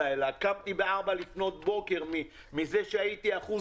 קמתי ב-4:00 לפנות בוקר בגלל שהייתי אחוז